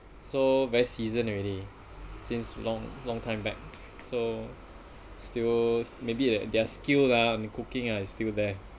so very season already since long long time back so still maybe that their skill lah I mean cooking are still there